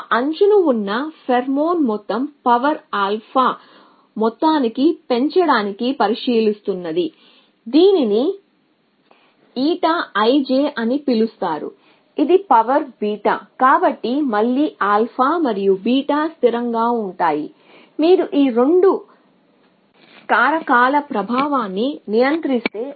ఆ అంచున ఉన్న ఫేర్మోన్ మొత్తం పవర్ ఆల్ఫా మొత్తానికి పెంచడానికి పరిశీలిస్తున్నది దీనిని ఎటా ఐ జె అని పిలుస్తారు ఇది పవర్ బీటా కాబట్టి మళ్ళీ ఆల్ఫా మరియు బీటా స్థిరంగా ఉంటాయి మీరు ఈ 2 కారకాల ప్రభావాన్ని నియంత్రిస్తే